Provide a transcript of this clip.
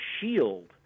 shield